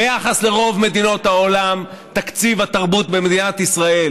ביחס לרוב מדינות העולם תקציב התרבות במדינת ישראל,